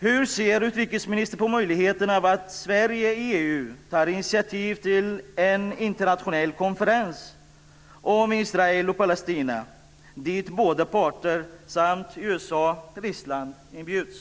Hur ser utrikesministern på möjligheten av att Sverige i EU tar initiativ till en internationell konferens om Israel och Palestina dit båda parter samt USA och Ryssland inbjuds?